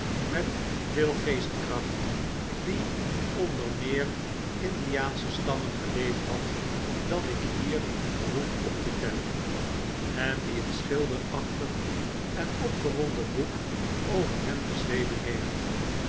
met veel geestkracht die onder veel meerlndiaansche stammen geleefd had dan ik bier behoef op te tellen en die een schilderachtig en opgewoaden boek over hen geschreven heeft